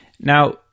Now